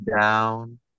down